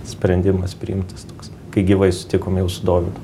sprendimas priimtas toks kai gyvai sutikom jau su dovydu